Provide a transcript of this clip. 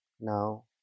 Now